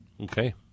Okay